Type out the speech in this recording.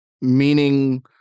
meaning